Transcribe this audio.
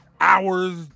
hours